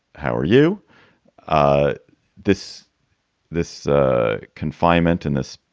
how are you ah this this ah confinement and this.